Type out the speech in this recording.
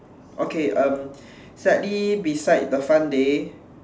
okay uh slightly beside the fun day